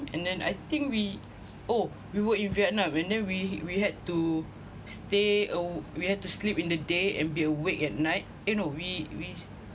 and then I think we oh we were in vietnam and then we had to stay uh we have to sleep in the day and be awake at night eh no we we